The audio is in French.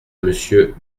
monsieur